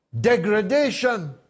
degradation